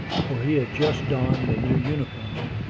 for he had just donned the new uniform,